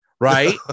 Right